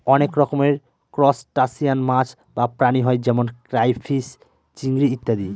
অনেক রকমের ত্রুসটাসিয়ান মাছ বা প্রাণী হয় যেমন ক্রাইফিষ, চিংড়ি ইত্যাদি